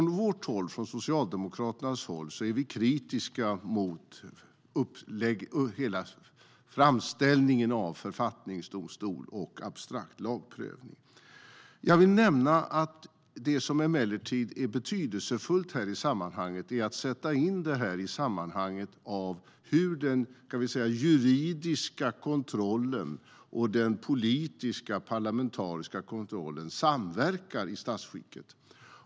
Från Socialdemokraternas håll är vi kritiska till hela framställningen av författningsdomstol och abstrakt lagprövning. Emellertid är det betydelsefullt att sätta in detta i sammanhanget av hur den juridiska kontrollen och den politiska parlamentariska kontrollen samverkar i statsskicket.